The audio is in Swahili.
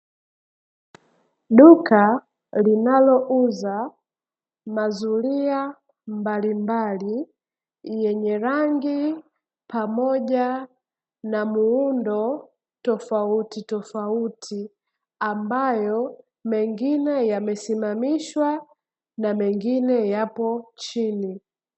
Duka linalouza mazulia mbalimbali, yenye rangi pamoja na muundo tofautitofauti, ambayo mengine yamesimamishwa, na mengine yapo chini.